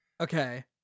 Okay